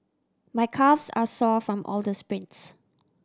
my calves are sore from all the sprints